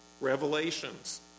revelations